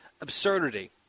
absurdity